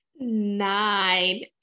nine